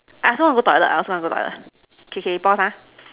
I also want to go toilet I also want to go toilet K K pause lah